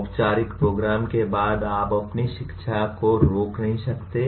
औपचारिक प्रोग्राम के बाद आप अपनी शिक्षा को रोक नहीं सकते